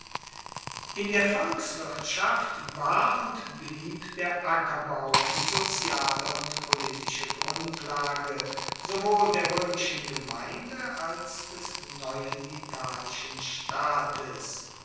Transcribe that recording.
in der volkswirtschaft war und blieb der ackerbau die soziale und politische grundlage sowohl der roemischen gemeinde als des neuen italischen staates